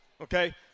Okay